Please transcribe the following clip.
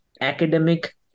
academic